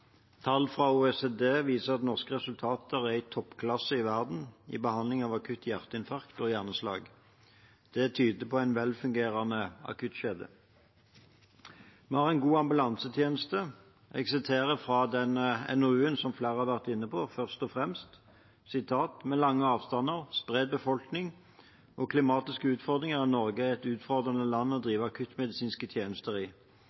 Tall fra OECD viser at norske resultater er i toppklasse i verden i behandling av akutt hjerteinfarkt og hjerneslag. Det tyder på en velfungerende akuttkjede. Vi har en god ambulansetjeneste. Jeg siterer fra NOU 2015: 17, Først og fremst, som flere har vært inne på: «Med lange avstander, spredt befolkning og klimatiske utfordringer er Norge et utfordrende land å drive akuttmedisinske tjenester i.